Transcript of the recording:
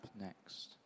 next